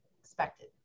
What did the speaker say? expected